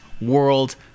World